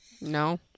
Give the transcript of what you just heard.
No